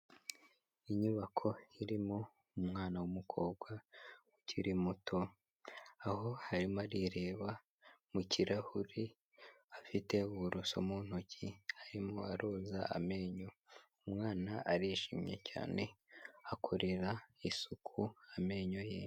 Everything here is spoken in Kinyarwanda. Inyubako irimo umwana w'umukobwa ukiri muto, aho arimo arireba mu kirahuri afite uburoso mu ntoki arimo aroza amenyo, umwana arishimye cyane akorera isuku amenyo ye.